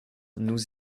nous